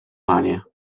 panie